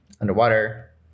underwater